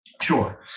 sure